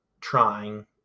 trying